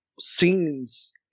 scenes